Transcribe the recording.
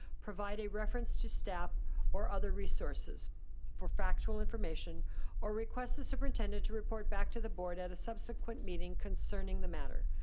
provide a reference to staff or other resources for factual information or request the superintendent to report back to the board at a subsequent meeting concerning the matter.